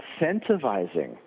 incentivizing